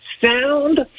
sound